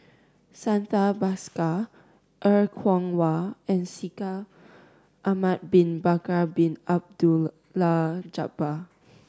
Santha Bhaskar Er Kwong Wah and Shaikh Ahmad Bin Bakar Bin Abdullah Jabbar